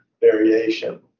variation